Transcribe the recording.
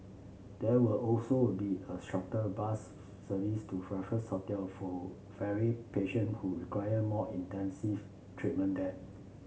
there will also wound be a shuttle bus service to Raffles Hotel for ferry patient who require more intensive treatment there